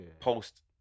post